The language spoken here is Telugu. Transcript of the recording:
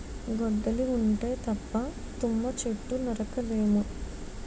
గొడ్డలి ఉంటే తప్ప తుమ్మ చెట్టు నరక లేము